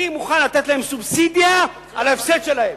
אני מוכן לתת להם סובסידיה על ההפסד שלהם.